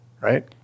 right